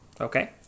Okay